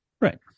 Right